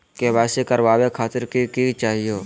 KYC करवावे खातीर कि कि चाहियो?